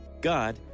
God